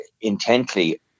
intently